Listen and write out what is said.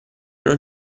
non